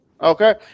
okay